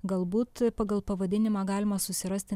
galbūt pagal pavadinimą galima susirasti